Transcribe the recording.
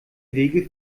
wege